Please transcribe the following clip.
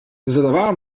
zadawała